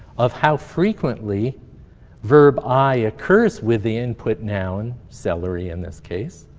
of how frequently verb i occurs with the input noun, celery in this case,